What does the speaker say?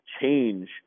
change